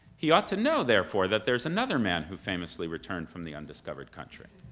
he ought to know therefore that there's another man who famously returned from the undiscovered country.